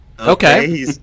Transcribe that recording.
Okay